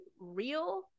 real